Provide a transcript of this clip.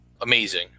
amazing